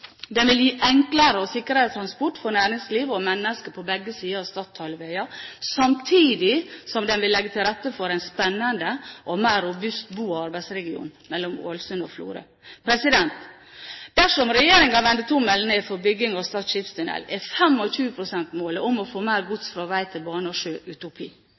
vil gi enklere og sikrere transport for næringsliv og mennesker på begge sider av Stadhalvøya, samtidig som den vil legge til rette for en spennende og mer robust bo- og arbeidsregion mellom Ålesund og Florø. Dersom regjeringen vender tommelen ned for byggingen av Stad skipstunnel, er målet om å få 25 pst. mer gods fra vei til bane og sjø utopi.